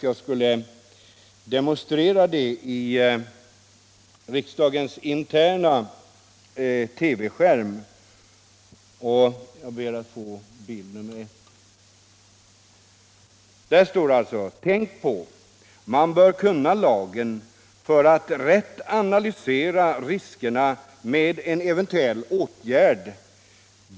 Jag visar den på TV-skärmen. Där står: Man bör kunna lagen för att rätt analysera riskerna med en eventuell åtgärd.